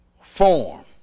form